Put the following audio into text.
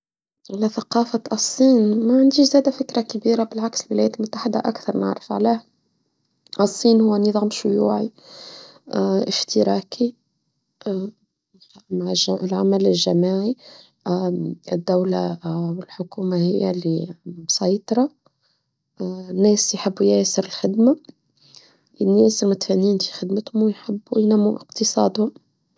ثقافة الصين معنديش زياده فكره كبيره بالعكس الولايات المتحدة أكثر نعرف علاه. الصين هو نظام شيوعي اشتراكي مع العمل الجماعي الدولة والحكومة هي المسيطرة. الناس يحبون ياسر الخدمة. الناس متفننين في خدمتهم يحبون نمو اقتصادهم.